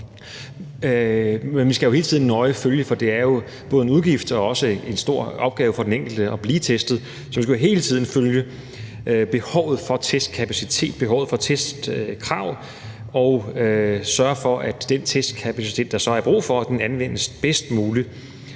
Men vi skal hele tiden – for det er jo både en udgift og også en stor opgave for den enkelte at blive testet – nøje følge behovet for testkapacitet, behovet for testkrav og sørge for, at den testkapacitet, der så er brug for, anvendes bedst muligt,